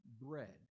bread